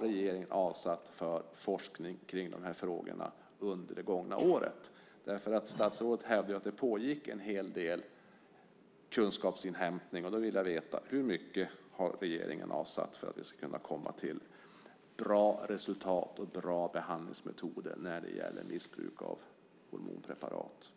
regeringen har avsatt för forskning kring de här frågorna under det gångna året. Statsrådet hävdar ju att det pågick en hel del kunskapsinhämtning. Då vill jag veta: Hur mycket har regeringen avsatt för att det ska bli resultat och bra behandlingsmetoder när det gäller missbruk av hormonpreparat?